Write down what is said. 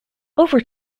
over